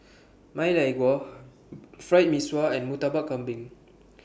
Ma Lai Gao Fried Mee Sua and Murtabak Kambing